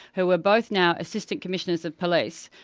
who are both now assistant commissioners of police,